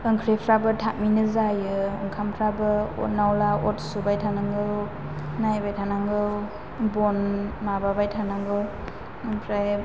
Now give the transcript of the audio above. ओंख्रिफ्राबो थाबैनो जायो ओंखामफ्राबो बनावब्ला अरावबा अर सुबाय थानांगौ नायबाय थानांगौ बन माबाबाय थानांगौ ओमफ्राय